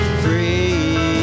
free